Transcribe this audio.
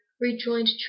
rejoined